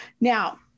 Now